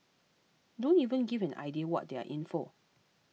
don't even give an idea what they are in for